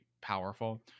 powerful